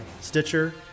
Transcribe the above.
Stitcher